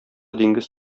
диңгез